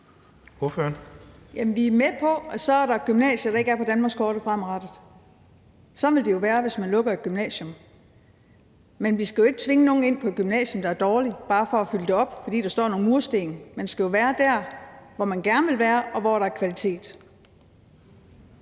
Vi er med på, at der så er gymnasier, der ikke er på danmarkskortet fremadrettet. Sådan vil det jo være, hvis man lukker et gymnasium. Men vi skal jo ikke tvinge nogen ind på et gymnasium, der er dårligt, bare for at fylde det op, fordi der står nogle mursten. Man skal jo være der, hvor man gerne vil være, og hvor der er kvalitet.